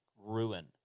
ruin